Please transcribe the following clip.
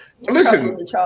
Listen